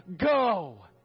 go